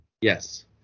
yes